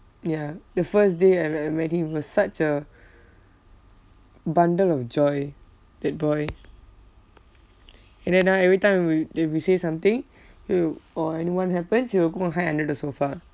ya the first day I like uh met him he was such a bundle of joy that boy and then ah every time when we that we say something he will or anyone happens he will go and hide under the sofa